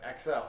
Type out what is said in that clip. XL